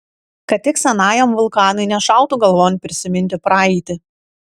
kad tik senajam vulkanui nešautų galvon prisiminti praeitį